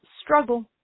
struggle